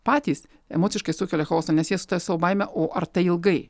patys emociškai sukelia chaosą nes jie su ta savo baime o ar tai ilgai